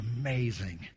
amazing